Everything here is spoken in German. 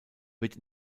wird